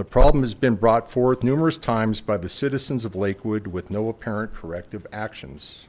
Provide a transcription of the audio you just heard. the problem has been brought forth numerous times by the citizens of lakewood with no apparent corrective actions